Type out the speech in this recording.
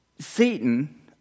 Satan